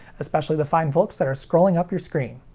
especially the fine folks that are scrolling up your screen.